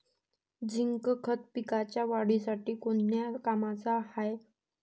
Zinc खत पिकाच्या वाढीसाठी कोन्या कामाचं हाये?